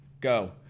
go